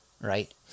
right